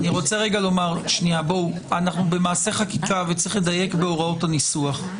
אנחנו במעשה חקיקה וצריך לדייק בהוראות הניסוח.